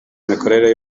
imikorere